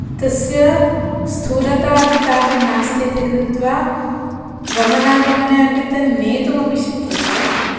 तस्य स्थूलता अपि तावन्नास्ति इति कृत्वा गमनागमने अपि तत् नेतुमपि शक्यते